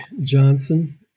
johnson